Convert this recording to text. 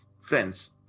friends